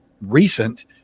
recent